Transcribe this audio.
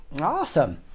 Awesome